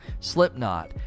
Slipknot